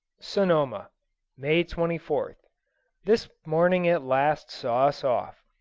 sonoma may twenty fourth this morning at last saw us off.